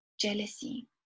jealousy